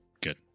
Good